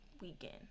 weekend